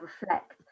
reflect